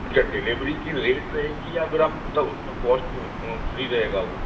अच्छा डिलेवरी का रेट रहेगा या फिर आप मतलब उसका कोस्ट फ्री रहेगा वो